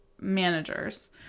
managers